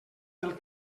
del